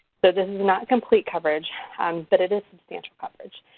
so this is not complete coverage but it is substantial coverage.